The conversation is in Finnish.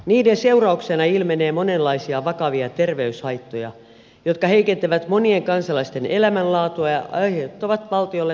niiden seurauksena ilmenee monenlaisia vakavia terveyshaittoja jotka heikentävät monien kansalaisten elämänlaatua ja aiheuttavat valtiolle tuntuvan laskun